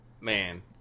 Man